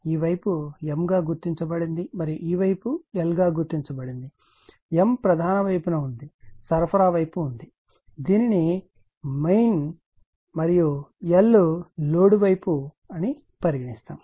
ఈ వైపు M గా గుర్తించబడింది మరియు ఈ వైపు L గా గుర్తించబడింది M ప్రధాన వైపున ఉంది సరఫరా వైపు ఉంది దీనిని మెయిన్ మరియు L లోడ్ వైపు అని పరిగణిస్తారు